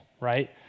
right